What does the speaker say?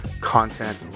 content